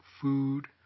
food